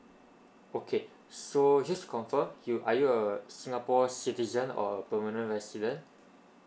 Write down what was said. okay so here's to confirm you are you a singapore citizen or a permanent resident